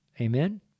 Amen